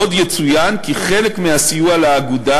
עוד יצוין כי כחלק מהסיוע לאגודה